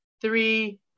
three